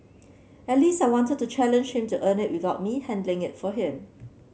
at least I wanted to challenge him to earn it without me handing it for him